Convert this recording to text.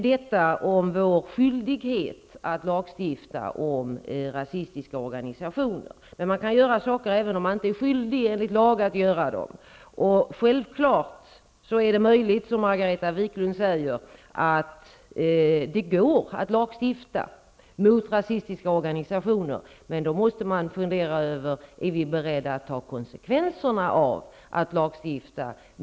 Detta om vår skyldighet att lagstifta om rasistiska organisationer. Man kan göra saker även om man inte är skyldig enligt lag att göra dem. Självklart är det möjligt, som Margareta Viklund säger, att lagstifta mot rasistiska organisationer, men då måste man fundera över om man är beredd att ta konsekvenserna av detta.